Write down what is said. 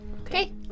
Okay